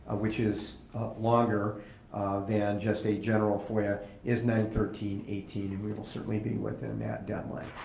which is longer than just a general foya, is nine thirteen eighteen and we will certainly be within that deadline.